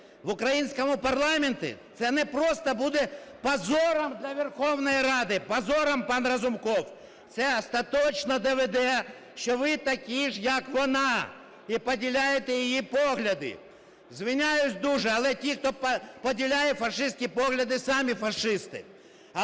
в українському парламенті це не просто буде позором для Верховної Ради, позором, пан Разумков, це остаточно доведе, що ви такі ж, як вона, і поділяєте її погляди. Звиняюсь дуже, але ті, хто поділяє фашистські погляди, самі фашисти.